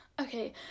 Okay